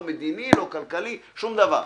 לא מדיני, לא כלכלי, שום דבר.